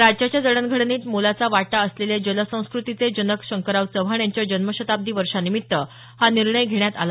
राज्याच्या जडणघडणीत मोलाचा वाटा असलेले जलसंस्कृतीचे जनक शंकरराव चव्हाण यांच्या जन्मशताब्दी वर्षानिमित्त हा निर्णय घेण्यात आला